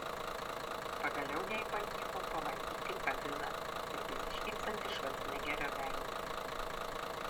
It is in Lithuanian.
pagaliau jai pavyko pamatyti kabiną ir besišypsantį švarcnegerio veidą